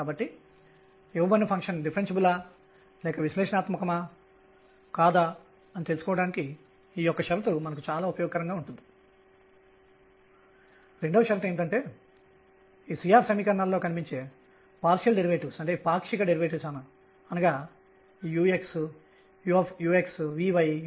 కాబట్టి నా దగ్గర ఉన్నది ఏమిటంటే nrh 2r1r22mE L2r22kmrdr కి సమానం ఈ సమాకలని కొద్దిగా సంక్లిష్టమైనది